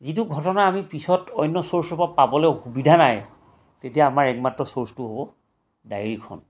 যিটো ঘটনা আমি পিছত অন্য ছ'ৰ্চৰ পৰা পাবলৈ সুবিধা নাই তেতিয়া আমাৰ একমাত্ৰ ছ'ৰ্চটো হ'ব ডায়েৰীখন